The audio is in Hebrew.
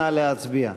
נא להצביע.